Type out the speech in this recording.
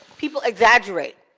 people exaggerate.